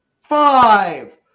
Five